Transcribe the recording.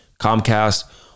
Comcast